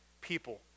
people